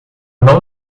não